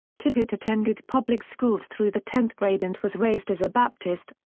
tippit attended public schools through the tenth grade and was raised as a baptist,